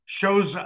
shows